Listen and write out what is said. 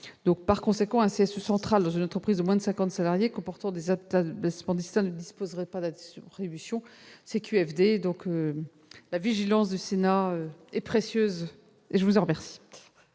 Par conséquent, un CSE central dans une entreprise de moins de 50 salariés comportant des établissements ne disposerait pas d'attributions. CQFD ! La vigilance du Sénat est précieuse, et je vous en remercie.